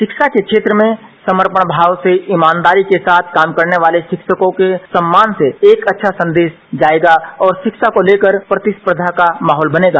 शिक्षा के क्षेत्र में समर्पणभाव से ईमानदारी के साथ काम करने वाले शिक्षकों के सम्मान से एक अच्छा संदेश जाएगा और शिक्षा को लेकर प्रतिस्पर्धा का माहौल बनेगा